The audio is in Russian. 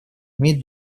имеет